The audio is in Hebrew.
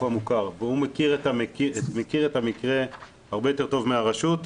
המוכר והוא מכיר את המקרה הרבה יותר טוב מהרשות.